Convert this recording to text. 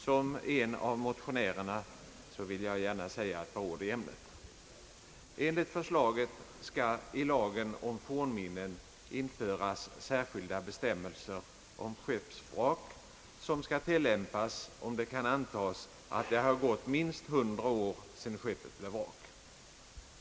Som en av motionärerna vill jag gärna säga ett par ord i ärendet. Enligt förslaget skall i lagen om fornminnen införas särskilda bestämmelser om skeppsvrak, vilka bestämmelser skall tillämpas, om det kan antas, att det har gått minst hundra år sedan skeppet blev vrak.